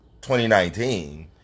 2019